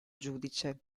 giudice